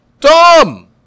Tom